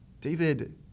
David